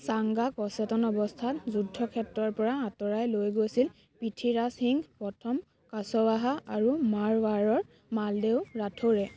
চাংগাক অচেতন অৱস্থাত যুদ্ধক্ষেত্ৰৰ পৰা আঁতৰাই লৈ গৈছিল পৃথ্বীৰাজ সিং প্ৰথম কাচৱাহা আৰু মাৰৱাৰৰ মালদেউ ৰাথৌৰে